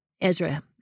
Ezra